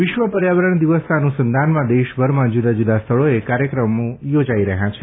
વિશ્વ પર્યાવરણ દિવસના અનુસંધાનમાં દેશભરમાં જુદાં જુદા સ્થળોએ કાર્યક્રમો યોજાઇ રહ્યા છે